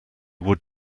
would